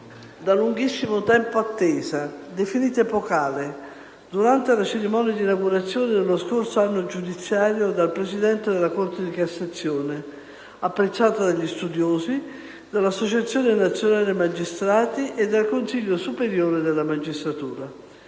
da lunghissimo tempo attesa, definita epocale durante la cerimonia di inaugurazione dello scorso anno giudiziario dal Presidente della Corte di cassazione, apprezzata dagli studiosi, dall'Associazione nazionale magistrati e dal Consiglio superiore della magistratura;